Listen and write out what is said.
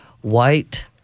white